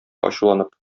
ачуланып